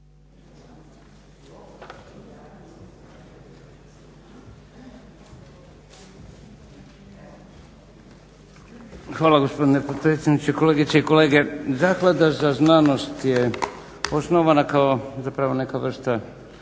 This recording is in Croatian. Hvala gospodine potpredsjedniče, kolegice i kolege. Zaklada za znanost je osnovana kao zapravo neka vrsta